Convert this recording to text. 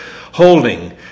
Holding